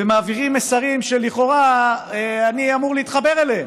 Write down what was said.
ומעבירים מסרים שלכאורה אני אמור להתחבר אליהם.